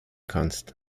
kannst